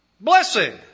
Blessing